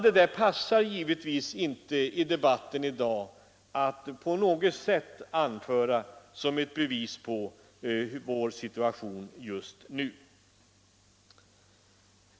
Det passar givetvis inte i debatten i dag att från reservanternas sida anföra dessa siffror som bevis på vår situation just nu.